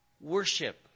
Worship